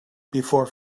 before